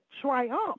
triumph